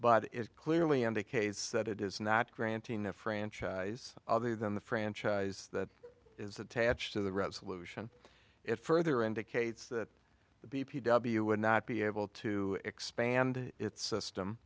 but clearly indicates that it is not granting a franchise other than the franchise that is that attached to the resolution it further indicates that the b p w would not be able to expand its system